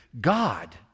God